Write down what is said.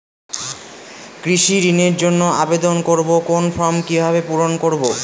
কৃষি ঋণের জন্য আবেদন করব কোন ফর্ম কিভাবে পূরণ করব?